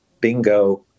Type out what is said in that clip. bingo